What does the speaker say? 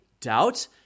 doubt